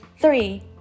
three